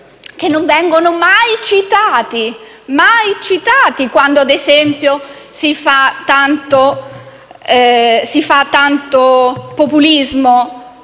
che non vengono mai citati quando, ad esempio, si fa tanto populismo